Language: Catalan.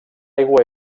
aigua